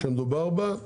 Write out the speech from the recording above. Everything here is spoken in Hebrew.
שמדובר בה,